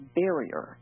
barrier